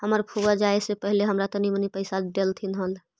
हमर फुआ जाए से पहिले हमरा तनी मनी पइसा डेलथीन हल